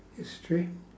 history